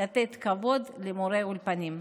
לתת כבוד למורי האולפנים.